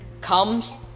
comes